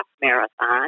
marathon